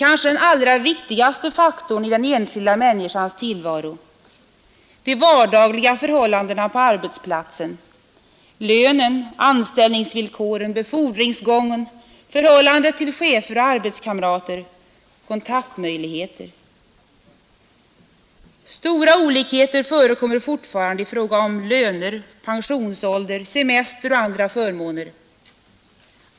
De allra viktigaste faktorerna i den enskilda människans tillvaro är kanske de vardagliga förhållandena på arbetsplatsen, lönen, anställningsvillkoren, befordringsgången, förhållandet till chefer och arbetskamrater, kontaktmöjligheter och inflytande. Stora olikheter förekommer fortfarande i fråga om löner, pensionsålder, semester och andra förmåner.